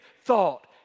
thought